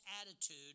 attitude